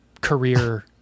career